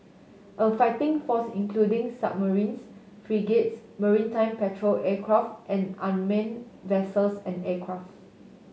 a fighting force including submarines frigates maritime patrol aircraft and unman vessels and aircraft